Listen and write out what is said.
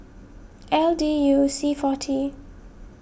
L D U C forty